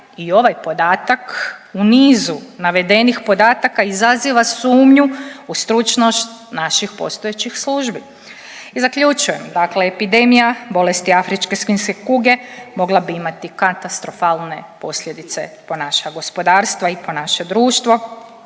I ovaj podatak u nizu navedenih podataka izaziva sumnju u stručnost naših postojećih službi. I zaključujem, dakle epidemija bolesti afričke svinjske kuge mogla bi imati katastrofalne posljedice po naša gospodarstva i po naše društvo